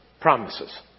promises